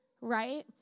right